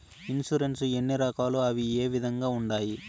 insurance ఎన్ని రకాలు అవి ఏ విధంగా ఉండాయి